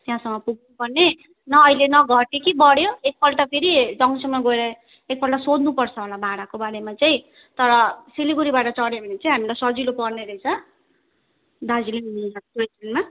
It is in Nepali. त्यहाँसम्म पुग्नु पर्ने न अहिले न घट्यो कि बढ्यो एक पल्ट फेरि जङ्सनमा गएर एक पल्ट सोध्नु पर्छ होला भाडाको बारेमा चाहिँ तर सिलगडीबाट चड्यो भने चाहिँ हामीलाई सजिलो पर्ने रहेछ दार्जिलिङ घुम्नु जानु टोय ट्रेनमा